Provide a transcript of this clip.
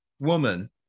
woman